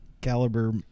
caliber